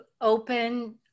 open